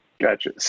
Gotcha